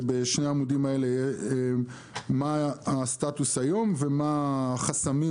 בשני העמודים האלה יש מה הסטטוס היום ומה החסמים